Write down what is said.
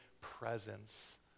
presence